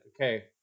okay